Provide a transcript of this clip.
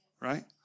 Right